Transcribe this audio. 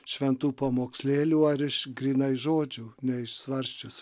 šventų pamokslėlių ar iš grynai žodžių neišsvarsčius